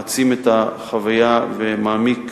מעצים את החוויה ומעמיק